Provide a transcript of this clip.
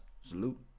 Salute